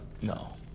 No